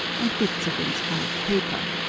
and bits of inscribed paper.